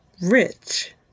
Rich